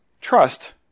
Trust